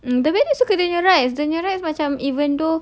um tapi dia suka macam even though